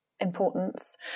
importance